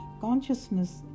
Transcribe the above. consciousness